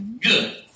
good